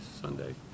Sunday